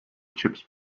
chips